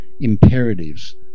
imperatives